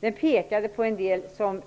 Det pekade på en del som